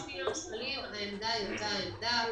לגבי ה-60 מיליון שקלים, העמדה היא אותה עמדה.